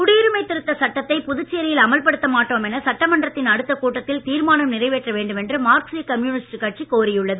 குடியுரிமை திருத்தச் சட்டத்தை புதுச்சேரியில் அமல்படுத்த மாட்டோம் என சட்டமன்றத்தின் அடுத்த கூட்டத்தில் தீர்மானம் நிறைவேற்ற வேண்டும் என்று மார்க்சீய கம்யூனிஸ்ட் கட்சி கோரியுள்ளது